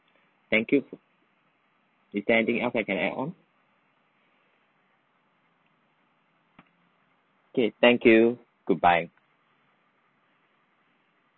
thank you is there anything else I can add on okay thank you goodbye